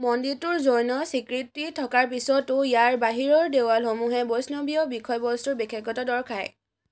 মন্দিৰটোৰ জৈন স্বীকৃতি থকাৰ পিছতো ইয়াৰ বাহিৰৰ দেৱালসমূহে বৈষ্ণৱীয় বিষয়বস্তুৰ বিশেষত্ব দৰ্শায়